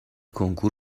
کنکور